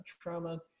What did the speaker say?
trauma